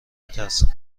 میترسم